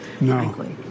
No